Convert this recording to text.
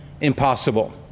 impossible